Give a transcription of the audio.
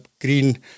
green